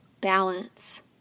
Balance